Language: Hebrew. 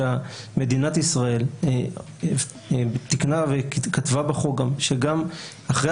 שמדינת ישראל תיקנה וכתבה בחוק גם שגם אחרי